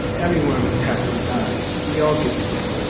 everyone has to die. we all get sick.